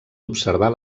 observar